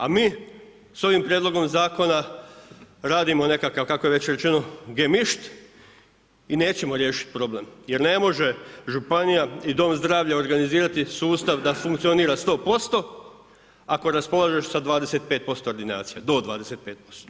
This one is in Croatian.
A mi s ovim prijedlogom zakonom radimo nekakav kakav je već rečeno gemišt, i nećemo riješiti problem, jer ne može županija i dom zdravlja organizirati sustav da funkcionira 100% ako raspolažeš do 25% ordinacija, do 25%